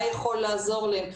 מה יכול לעזור להם.